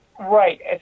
Right